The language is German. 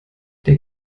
der